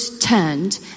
turned